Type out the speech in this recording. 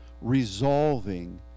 resolving